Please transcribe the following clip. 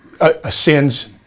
ascends